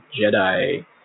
Jedi